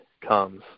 comes